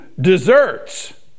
desserts